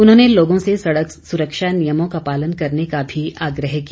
उन्होंने लोगों से सड़क सुरक्षा नियमों का पालन करने का भी आग्रह किया